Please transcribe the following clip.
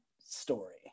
story